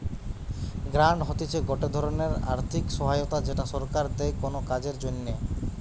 grant হতিছে গটে ধরণের আর্থিক সহায়তা যেটা সরকার দেয় কোনো কাজের জন্যে